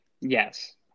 Yes